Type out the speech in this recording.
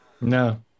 No